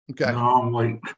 Okay